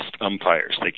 umpires